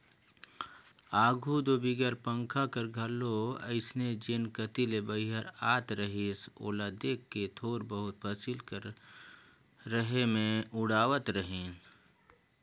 आघु दो बिगर पंखा कर घलो अइसने जेन कती ले बईहर आत रहिस ओला देख के थोर बहुत फसिल कर रहें मे उड़वात रहिन